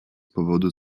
powodu